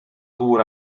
ddŵr